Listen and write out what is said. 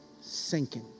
sinking